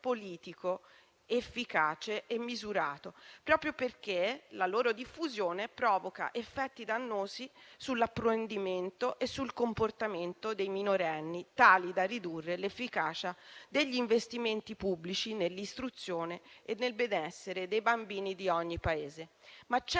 politico efficace e misurato, proprio perché la loro diffusione provoca effetti dannosi sull'apprendimento e sul comportamento dei minorenni, tali da ridurre l'efficacia degli investimenti pubblici nell'istruzione e nel benessere dei bambini di ogni Paese. C'è